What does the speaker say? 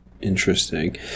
interesting